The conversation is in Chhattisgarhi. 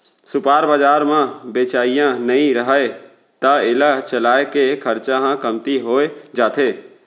सुपर बजार म बेचइया नइ रहय त एला चलाए के खरचा ह कमती हो जाथे